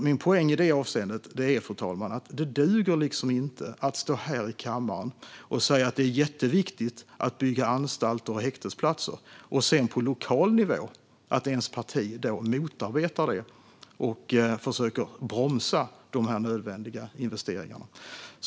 Min poäng i detta avseende, fru talman, är att det inte duger att stå här i kammaren och säga att det är jätteviktigt att bygga anstalter och häktesplatser men att partiet sedan på lokal nivå motarbetar detta och försöker bromsa de nödvändiga investeringarna.